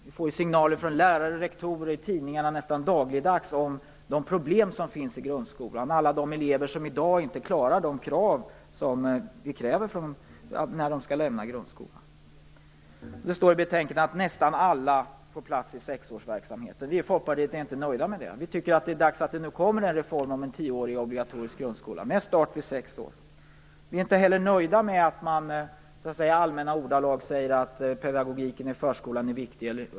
Det är signaler från lärare och rektorer i tidningarna nästan dagligdags om de problem som finns i grundskolan, om alla de elever som i dag inte klarar de krav som ställs när de skall lämna grundskolan. Det står i betänkandet att nästan alla får plats i sexårsverksamheten. Vi i Folkpartiet är inte nöjda med det. Vi tycker att det är dags att det nu kommer en reform om en obligatorisk tioårig grundskola med start vid sex år. Vi är inte heller nöjda med att man i allmänna ordalag säger att pedagogiken i förskolan är viktig.